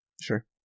Sure